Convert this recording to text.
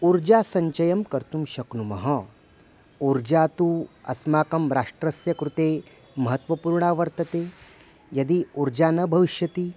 ऊर्जासञ्चयं कर्तुं शक्नुमः ऊर्जा तु अस्माकं राष्ट्रस्य कृते महत्वपूर्णा वर्तते यदि ऊर्जा न भविष्यति